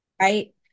Right